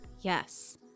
yes